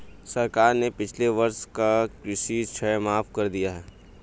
सरकार ने पिछले वर्ष का कृषि ऋण माफ़ कर दिया है